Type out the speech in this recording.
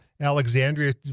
Alexandria